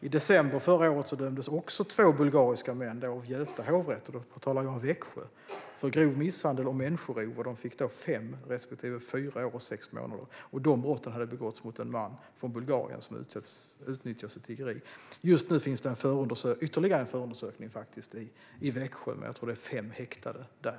I december förra året dömdes också två bulgariska män, då av Göta hovrätt; det gällde Växjö. De dömdes för grov misshandel och människorov och fick fem respektive fyra år och sex månader. De brotten hade begåtts mot en man från Bulgarien som utnyttjats för tiggeri. Just nu pågår ytterligare en förundersökning i Växjö med, tror jag, fem häktade.